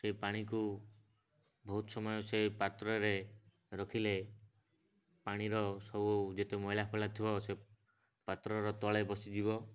ସେଇ ପାଣିକୁ ବହୁତ ସମୟ ସେ ପାତ୍ରରେ ରଖିଲେ ପାଣିର ସବୁ ଯେତେ ମଇଳା ଫଇଳା ଥିବ ସେ ପାତ୍ର ତଳେ ବସିଯିବ